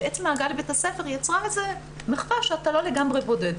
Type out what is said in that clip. ועצם ההגעה לבית הספר יצרה מחווה שאתה לא לגמרי בודד.